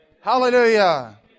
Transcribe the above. Hallelujah